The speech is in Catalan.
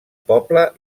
poble